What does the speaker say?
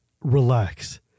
relax